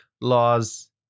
laws